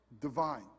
divine